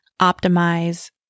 optimize